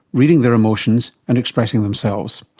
reading their emotions, and expressing themselves.